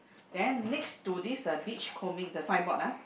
then next to this uh beach combing the signboard ah